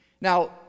Now